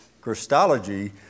Christology